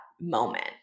moment